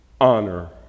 honor